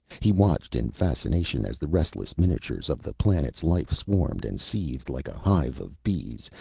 he watched in fascination as the restless miniatures of the planet's life swarmed and seethed like a hive of bees,